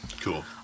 cool